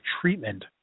treatment